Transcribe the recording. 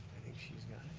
think she's got